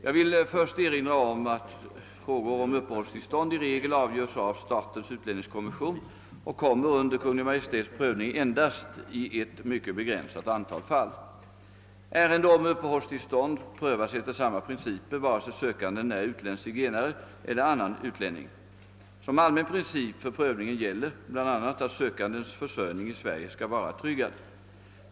Jag vill först erinra om att frågor om uppehållstillstånd i regel avgörs av statens utlänningskommission och kommer under Kungl. Maj:ts prövning endast i ett mycket begränsat antal fall. Ärende om uppehållstillstånd prövas efter samma principer vare sig sökanden är utländsk zigenare eller annan utlänning. Som allmän princip för prövningen gäller bl.a. att sökandens försörjning i Sverige skall vara tryggad.